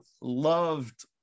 loved